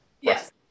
Yes